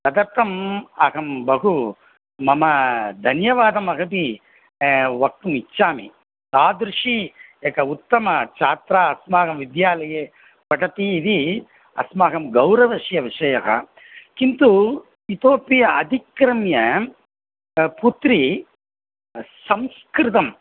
तदर्थम् अहं बहु मम धन्यवादं महती वक्तुमिच्छामि तादृशी एका उत्तम छात्रा अस्माकं विद्यालये पठति इति अस्माकं गौरवस्य विषयः किन्तु इतोपि अतिक्रम्य पुत्री संस्कृतम्